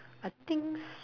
I think so